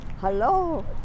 Hello